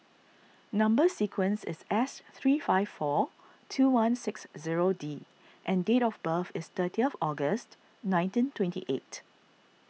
Number Sequence is S three five four two one six zero D and date of birth is thirty of August nineteen twenty eight